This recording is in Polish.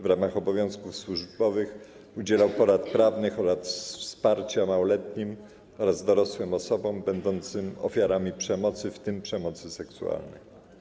W ramach obowiązków służbowych udzielał porad prawnych oraz wsparcia małoletnim oraz dorosłym osobom będącym ofiarami przemocy, w tym przemocy seksualnej.